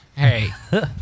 Hey